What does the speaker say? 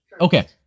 Okay